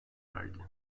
verdi